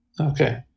Okay